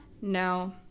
no